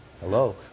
hello